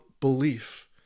belief